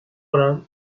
oran